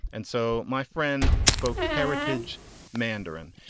and so my friend spoke heritage mandarin.